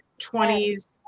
20s